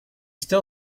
still